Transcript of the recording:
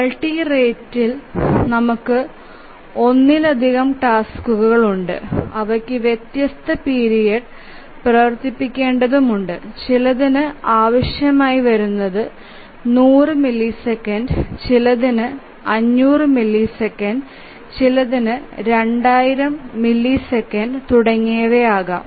multi റേറ്റിൽ നമുക്ക് ഒന്നിലധികം ടാസ്ക്കുകൾ ഉണ്ട് അവയ്ക്ക് വ്യത്യസ്ത പീരിയഡ് പ്രവർത്തിക്കേണ്ടതുണ്ട് ചിലതിനു ആവശ്യമായി വരുന്നത് 100 മില്ലിസെക്കൻഡ് ചിലത് 500 മില്ലിസെക്കൻഡ് ചിലത് 2000 മില്ലിസെക്കൻഡ് തുടങ്ങിയവ ആകാം